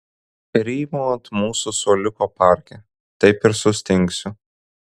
rymau ant mūsų suoliuko parke taip ir sustingsiu